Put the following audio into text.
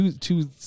two